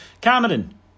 Cameron